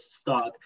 stock